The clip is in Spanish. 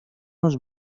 los